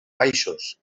baixos